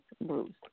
bruised